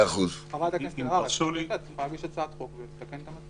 חברת הכנסת אלהרר, אפשר להגיש הצעת חוק ולתקן.